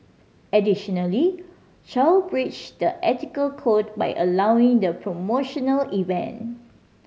additionally Chow breached the ethical code by allowing the promotional event